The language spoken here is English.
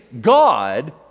God